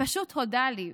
ופשוט הודה לי,